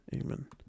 amen